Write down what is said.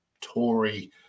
Tory